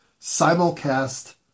simulcast